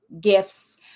gifts